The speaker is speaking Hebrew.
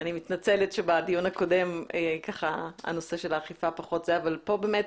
אני מתנצלת שבדיון הקודם הנושא של האכיפה פחות אבל פה באמת